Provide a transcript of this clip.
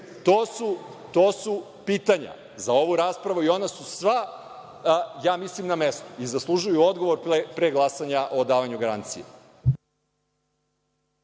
To su pitanja za ovu raspravu i ona su sva ja mislim na mestu i zaslužuju odgovor pre glasanja o davanju garancije.